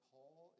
Paul